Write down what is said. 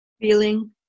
Feeling